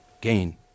Gain